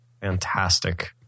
fantastic